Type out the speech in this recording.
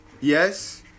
yes